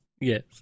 yes